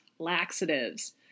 Laxatives